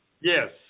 Yes